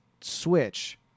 switch